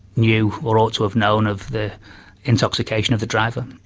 knew or ought to have known of the intoxication of the driver.